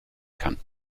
kann